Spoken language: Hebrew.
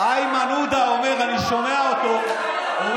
איימן עודה אומר, אני שומע אותו אומר